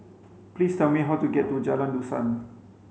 please tell me how to get to Jalan Dusan